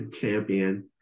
champion